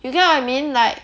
you get what I mean like